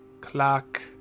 clock